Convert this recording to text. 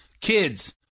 kids